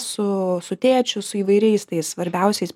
su su tėčiu su įvairiais tais svarbiausiais